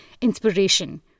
inspiration